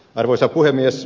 arvoisa puhemies